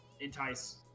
entice